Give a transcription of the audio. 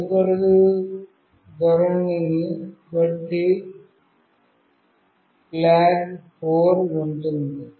తదుపరిది ధోరణిని బట్టి జెండా 4 ఉంటుంది